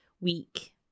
week